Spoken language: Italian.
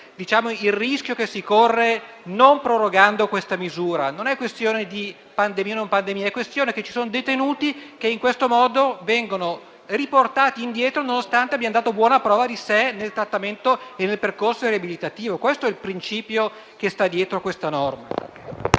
il rischio che si corre non prorogando questa misura. La questione non riguarda la presenza o meno della pandemia; la questione è che ci sono detenuti che in questo modo vengono riportati indietro, nonostante abbiano dato buona la prova di sé nel trattamento e nel percorso riabilitativo. Questo è il principio che sta dietro a questa norma.